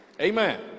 Amen